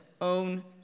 own